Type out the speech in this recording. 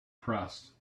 pressed